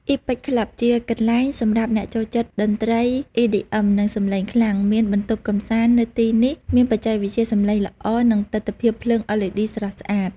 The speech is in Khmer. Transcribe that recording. Epic Club ជាកន្លែងសម្រាប់អ្នកចូលចិត្តតន្ត្រី EDM និងសំឡេងខ្លាំង មានបន្ទប់កម្សាន្តនៅទីនេះមានបច្ចេកវិទ្យាសំឡេងល្អ និងទិដ្ឋភាពភ្លើង LED ស្រស់ស្អាត។